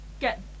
get